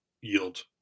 yield